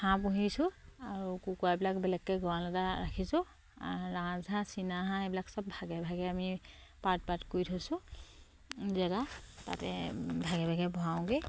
হাঁহ পুহিছোঁ আৰু কুকুৰাবিলাক বেলেগকে গঁৰালতে ৰাখিছোঁ ৰাজহাঁহ চিনাহাঁহ এইবিলাক চব ভাগে ভাগে আমি পাৰ্ট পাৰ্ট কৰি থৈছোঁ জেগা তাতে ভাগে ভাগে ভৰাওঁগে